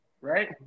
right